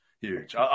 Huge